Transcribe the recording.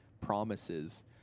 promises